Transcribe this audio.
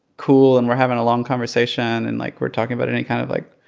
cool and we're having a long conversation and, like, we're talking about any kind of, like,